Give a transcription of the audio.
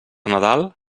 nadal